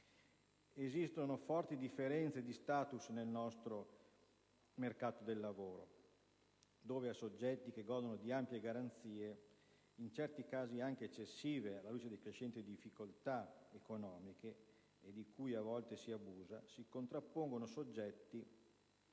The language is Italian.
Esistono forti differenze di *status* nel nostro mercato del lavoro, dove a soggetti che godono di ampie garanzie, in certi casi anche eccessive alla luce delle crescenti difficoltà economiche e di cui a volte si abusa, si contrappongono soggetti